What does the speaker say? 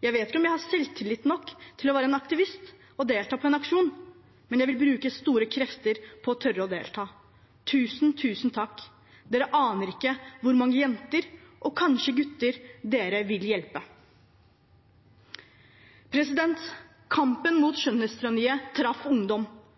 Jeg vet ikke om jeg har selvtillit nok til å være en aktivist og delta på en aksjon, men jeg vil bruke store krefter på å tørre å delta. Tusen, tusen takk. Dere aner ikke hvor mange jenter og kanskje gutter dere vil hjelpe. Kampen mot skjønnhetstyranniet traff ungdom,